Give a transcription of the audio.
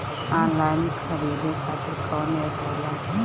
Online खरीदे खातीर कौन एप होला?